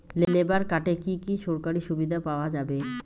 Labour কার্ডে কি কি সরকারি সুবিধা পাওয়া যাবে?